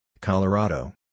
Colorado